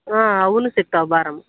ಹಾಂ ಅವೂ ಸಿಕ್ತಾವೆ ಬಾರಮ್ಮ